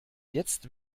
jetzt